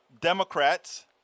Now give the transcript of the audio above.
Democrats